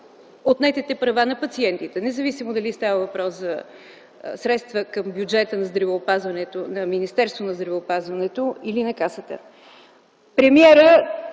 отнетите права на пациентите, независимо дали става въпрос за средства към бюджета на Министерството на здравеопазването или на Касата.